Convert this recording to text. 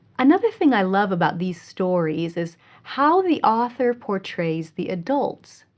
another thing i love about these stories is how the author portrays the adults.